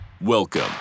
Welcome